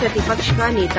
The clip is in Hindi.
प्रतिपक्ष का नेता